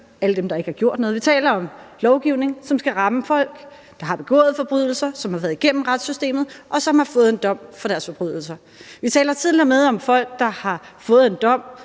alle dem, der ikke har gjort noget – vi taler om lovgivning, som skal ramme folk, der har begået forbrydelser, som har været igennem retssystemet, og som har fået en dom for deres forbrydelser. Vi taler til og med om folk, der har fået en dom,